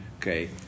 Okay